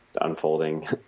unfolding